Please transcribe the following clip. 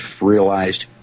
realized